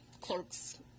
clerks